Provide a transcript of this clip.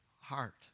heart